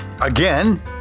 Again